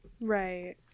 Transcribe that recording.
Right